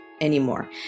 anymore